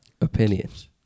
opinions